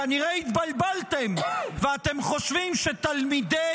כנראה התבלבלתם ואתם חושבים שהתלמידים